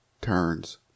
turns